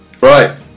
Right